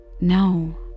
No